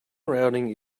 routing